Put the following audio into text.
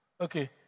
Okay